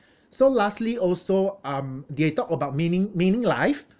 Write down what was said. so lastly also um they talk about meaning meaning life